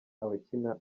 abakina